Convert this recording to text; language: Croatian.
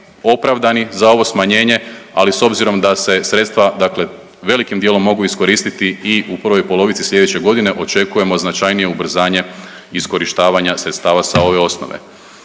opravdani za ovo smanjenje, ali s obzirom da se sredstva dakle velikim dijelom mogu iskoristiti i u prvoj polovici sljedeće godine očekujemo značajnije ubrzanje iskorištavanje sredstava sa ove osnove.